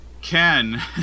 Ken